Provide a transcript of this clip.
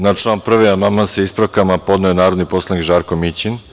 Na član 1. amandman sa ispravkama je podneo narodni poslanik Žarko Mićin.